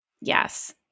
Yes